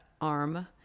arm